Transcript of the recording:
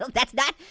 that's not,